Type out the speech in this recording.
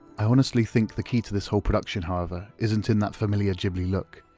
i honestly think the key to this whole production, however, isn't in that familiar ghibli look.